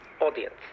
audience